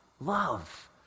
love